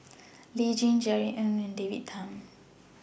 Lee Tjin Jerry Ng and David Tham